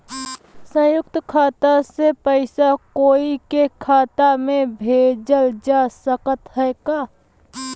संयुक्त खाता से पयिसा कोई के खाता में भेजल जा सकत ह का?